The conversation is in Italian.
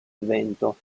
vento